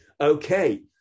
okay